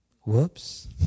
Whoops